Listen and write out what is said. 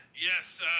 Yes